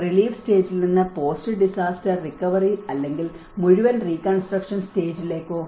relief സ്റ്റേജിൽ നിന്ന് post disaster recovery അല്ലെങ്കിൽ മുഴുവൻ റീകൺസ്ട്രക്ക്ഷൻ സ്റ്റേജിലേക്കോ